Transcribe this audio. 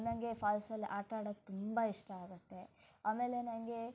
ನನಗೆ ಫಾಲ್ಸಲ್ಲಿ ಆಟಾಡಕ್ಕೆ ತುಂಬ ಇಷ್ಟ ಆಗುತ್ತೆ ಆಮೇಲೆ ನನಗೆ